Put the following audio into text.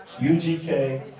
UGK